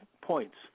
points